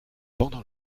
pendant